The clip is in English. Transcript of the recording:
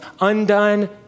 undone